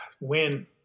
Win